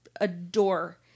adore